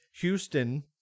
Houston